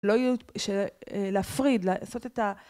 לא יהיו, להפריד, לעשות את ה...